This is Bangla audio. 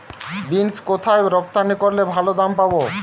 বিন্স কোথায় রপ্তানি করলে ভালো দাম পাব?